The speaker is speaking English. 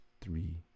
three